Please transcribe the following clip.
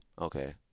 Okay